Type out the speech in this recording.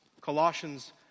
Colossians